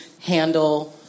handle